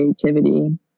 creativity